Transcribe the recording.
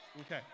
Okay